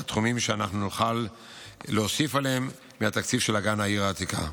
בתחומים שנוכל להוסיף עליהם מהתקציב של אגן העיר העתיקה.